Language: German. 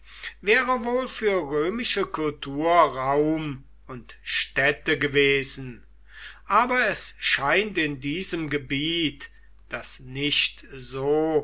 wäre wohl für römische kultur raum und stätte gewesen aber es scheint in diesem gebiet das nicht so